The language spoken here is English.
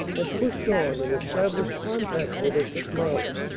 had pushed on and established contact with us at marly.